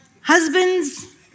Husbands